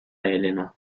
elena